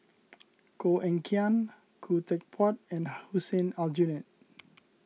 Koh Eng Kian Khoo Teck Puat and Hussein Aljunied